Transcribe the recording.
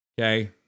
Okay